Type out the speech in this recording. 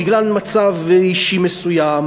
בגלל מצב אישי מסוים,